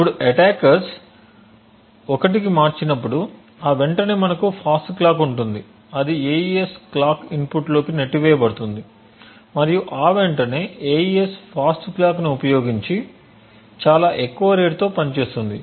ఇప్పుడు అటాకర్స్ 1 కి మార్చినప్పుడు ఆ వెంటనే మనకు ఫాస్ట్ క్లాక్ ఉంటుంది అది AES క్లాక్ ఇన్పుట్లోకి నెట్టివేయబడుతుంది మరియు ఆ వెంటనే AES ఫాస్ట్ క్లాక్ ని ఉపయోగించి చాలా ఎక్కువ రేటుతో పనిచేస్తోంది